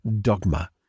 dogma